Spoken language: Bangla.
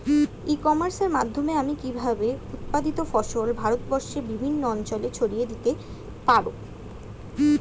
ই কমার্সের মাধ্যমে আমি কিভাবে উৎপাদিত ফসল ভারতবর্ষে বিভিন্ন অঞ্চলে ছড়িয়ে দিতে পারো?